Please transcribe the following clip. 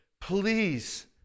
please